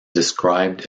described